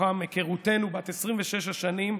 מתוכן היכרותנו בת 26 שנים,